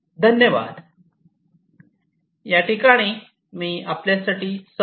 धन्यवाद